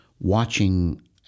watching